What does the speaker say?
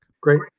Great